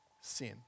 sin